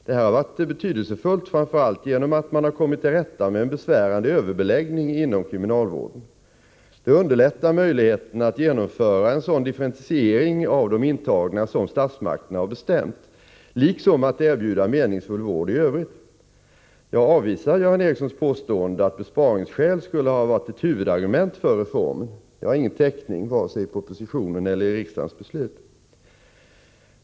Detta har varit betydelsefullt framför allt genom att man har kommit till rätta med en besvärande överbeläggning inom kriminalvården. Det underlättar möjligheterna att genomföra en sådan differentiering av de intagna som statsmakterna har bestämt liksom att erbjuda meningsfull vård i övrigt. Jag avvisar Göran Ericssons påstående att besparingsskäl skulle ha varit ett huvudargument för reformen. Det har ingen täckning vare sig i propositionen eller i riksdagens beslut.